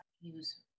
use